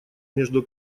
между